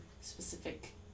specific